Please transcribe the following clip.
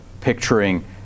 picturing